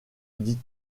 dit